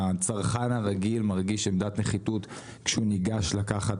הצרכן הרגיל מרגיש עמדת נחיתות כשהוא ניגש לקחת